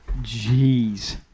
Jeez